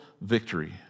victory